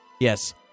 Yes